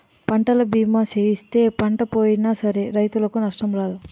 పంటల బీమా సేయిస్తే పంట పోయినా సరే రైతుకు నష్టం రాదు